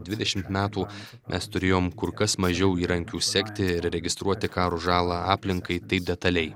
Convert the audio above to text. dvidešimt metų mes turėjom kur kas mažiau įrankių sekti ir registruoti karo žalą aplinkai taip detaliai